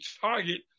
target